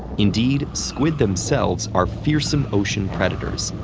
indeed, squid themselves are fearsome ocean predators.